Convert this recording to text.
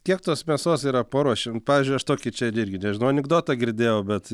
kiek tos mėsos yra paruošiam pavyzdžiui aš tokia čia irgi nežinau anekdotą girdėjau bet